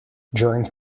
during